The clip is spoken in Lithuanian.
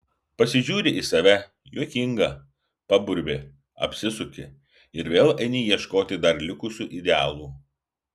pasižiūri į save juokinga paburbi apsisuki ir vėl eini ieškoti dar likusių idealų